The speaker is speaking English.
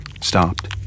stopped